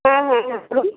হ্যাঁ হ্যাঁ হ্যাঁ বলুন